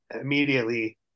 immediately